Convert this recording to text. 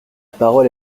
parole